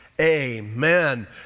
Amen